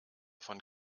von